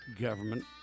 government